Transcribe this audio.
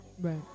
Right